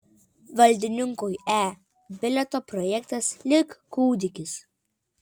valdininkui e bilieto projektas lyg kūdikis